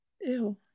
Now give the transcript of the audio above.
Ew